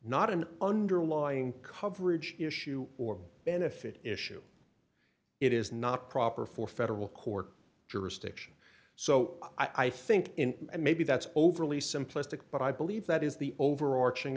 not an underlying coverage issue or a benefit issue it is not proper for federal court jurisdiction so i think in and maybe that's overly simplistic but i believe that is the overarching